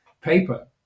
paper